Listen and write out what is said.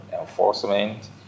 enforcement